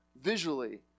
visually